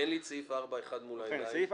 סעיף 4(1)